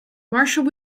marshall